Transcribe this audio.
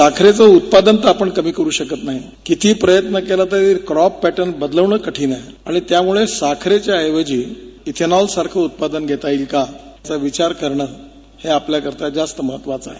साखरेचं उत्पादन तर आपण कमी करु शकत नाही कितीही प्रयत्न केले तरी क्रॉप पॅटर्न बदलवण कठिण आहे अणि त्यामुळे साखरेच्या ऐवजी इथेनॉलसारखं उत्पादन घेता येईल का याचा विचार करणं हे आपल्याकरिता जास्त महत्वाचं आहे